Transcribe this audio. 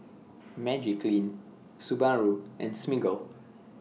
Magiclean Subaru and Smiggle